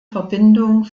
verbindung